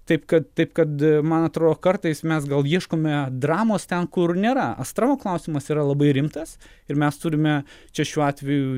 taip kad taip kad man atrodo kartais mes gal ieškome dramos ten kur nėra astravo klausimas yra labai rimtas ir mes turime čia šiuo atveju